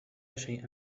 شيئا